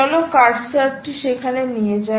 চলো কার্সারটি সেখানে নিয়ে যাই